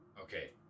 Okay